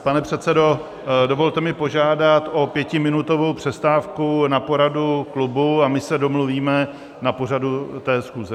Pane předsedo, dovolte mi požádat o pětiminutovou přestávku na poradu klubu a my se domluvíme na pořadu schůze.